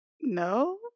No